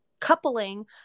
coupling